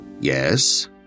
Yes